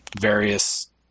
various